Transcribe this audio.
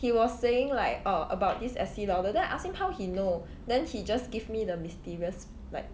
he was saying like uh about this Estee Lauder then I ask him how he know then he just give me the mysterious like